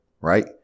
right